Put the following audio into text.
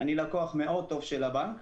אני לקוח מאוד טוב של הבנק,